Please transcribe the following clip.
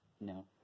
no